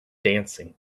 dancing